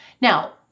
Now